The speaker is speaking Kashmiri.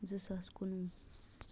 زٕ ساس کُنوُہ